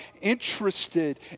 interested